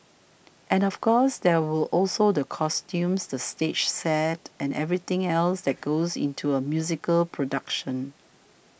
and of course there were also the costumes the stage sets and everything else that goes into a musical production